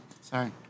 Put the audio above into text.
Sorry